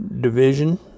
division